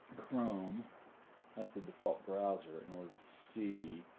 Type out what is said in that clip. chrome that's the default browser in order to see